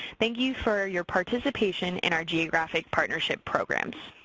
thank you for your participation in our geographic partnership programs.